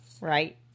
right